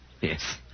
Yes